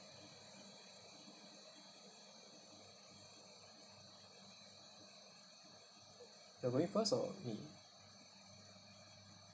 you're going first or me